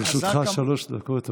לרשותך שלוש דקות.